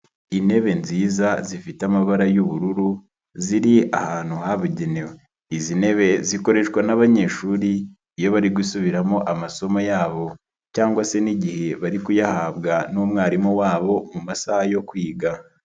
Intebe nziza zifite amabara y'ubururu ziri ahantu habugenewe, izi ntebe zikoreshwa n'abanyeshuri iyo bari gusubiramo amasomo yabo cyangwa se n'igihe bari kuyahabwa n'umwarimu wabo mu masaha yo kwiga.